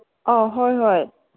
ꯑꯧ ꯍꯣꯏ ꯍꯣꯏ